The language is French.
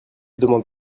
demande